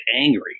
angry